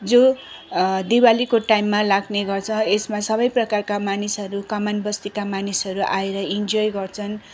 जो दिवालीको टाइममा लाग्ने गर्छ यसमा सबै परकरका मानिसहरू कमान बस्तीका मानिसहरू आएर इन्जोय गर्छन्